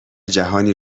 جهانی